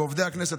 ועובדי הכנסת,